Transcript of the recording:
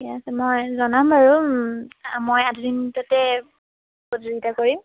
ঠিক আছে মই জনাম বাৰু মই আধুনিক নৃত্যতে প্ৰতিযোগিতা কৰিম